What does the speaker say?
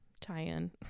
tie-in